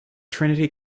trinity